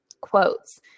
quotes